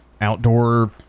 outdoor